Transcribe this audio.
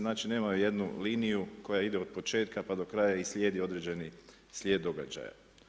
Znači nemaju jednu liniju koja ide od početka pa do kraja i slijedi određeni slijed događaja.